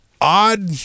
Odd